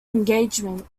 engagement